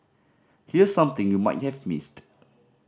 here's something you might have missed